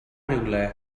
rywle